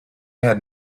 had